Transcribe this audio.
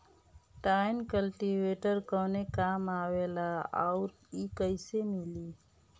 Tine cultivator कवने काम आवेला आउर इ कैसे मिली?